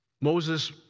Moses